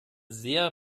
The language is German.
sehr